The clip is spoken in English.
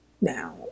Now